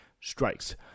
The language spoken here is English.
strikes